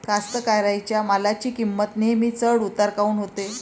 कास्तकाराइच्या मालाची किंमत नेहमी चढ उतार काऊन होते?